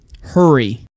Hurry